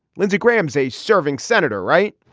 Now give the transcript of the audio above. lindsey graham is a serving senator right